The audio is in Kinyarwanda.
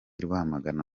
rwamagana